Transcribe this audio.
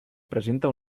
presenta